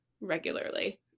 regularly